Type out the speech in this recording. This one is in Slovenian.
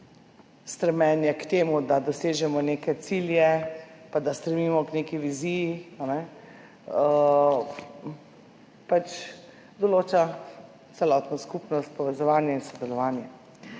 stremljenje k temu, da dosežemo neke cilje pa da stremimo k neki viziji, določa celotno skupnost, povezovanje in sodelovanje.